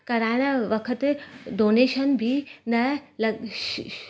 कराइणु वक़्तु डोनेशन बि न ल शी